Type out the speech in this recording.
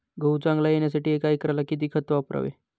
गहू चांगला येण्यासाठी एका एकरात किती खत वापरावे?